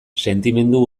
sentimendu